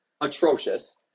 atrocious